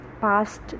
past